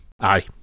Aye